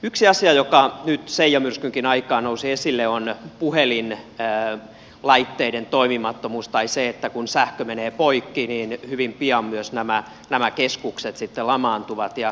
yksi asia joka nyt seija myrskynkin aikaan nousi esille on puhelinlaitteiden toimimattomuus se että kun sähkö menee poikki niin hyvin pian myös nämä keskukset sitten lamaantuvat